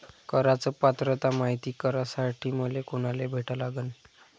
कराच पात्रता मायती करासाठी मले कोनाले भेटा लागन?